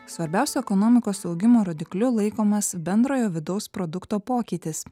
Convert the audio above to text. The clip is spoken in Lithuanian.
svarbiausiu ekonomikos augimo rodikliu laikomas bendrojo vidaus produkto pokytis